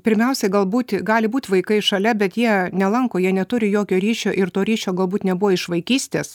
pirmiausiai galbūt gali būt vaikai šalia bet jie nelanko jie neturi jokio ryšio ir to ryšio galbūt nebuvo iš vaikystės